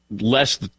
less